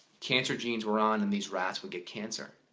cancer genes were on and these rats will get cancer.